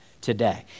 today